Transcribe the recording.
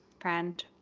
friend